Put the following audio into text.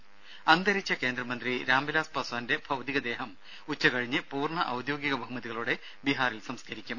ത അന്തരിച്ച കേന്ദ്രമന്ത്രി രാംവിലാസ് പസ്വാന്റെ ഭൌതിക ദേഹം ഉച്ചകഴിഞ്ഞ് പൂർണ്ണ ഔദ്യോഗിക ബഹുമതികളോടെ ബീഹാറിൽ സംസ്കരിക്കും